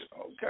Okay